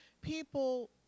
people –